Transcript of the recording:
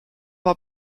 war